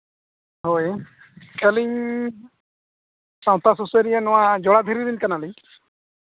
ᱦᱳᱭ ᱟᱹᱞᱤᱧ ᱥᱟᱶᱛᱟ ᱥᱩᱥᱟᱹᱨᱤᱭᱟᱹ ᱱᱚᱣᱟ ᱡᱚᱦᱟᱨ ᱫᱷᱤᱨᱤ ᱨᱮᱱ ᱠᱟᱱᱟᱞᱤᱧ